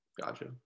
Gotcha